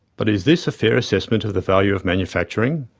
but is this a fair assessment of the value of manufacturing?